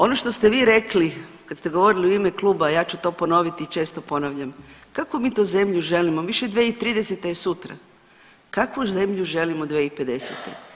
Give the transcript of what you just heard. Ono što ste vi rekli kad ste govorili u ime kluba ja ću to ponoviti i često ponavljam, kakvu mi to zemlju želimo … [[Govornik se ne razumije]] 2030. je sutra, kakvu zemlju želimo 2050.